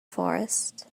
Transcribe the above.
forest